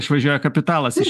išvažiuoja kapitalas iš